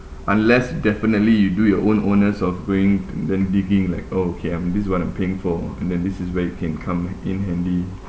unless definitely you do your own owners of going and then digging like oh okay um this is what I'm paying for and then this is where it can come in handy